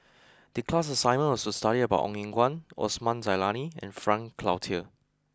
the class assignment was to study about Ong Eng Guan Osman Zailani and Frank Cloutier